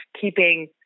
keeping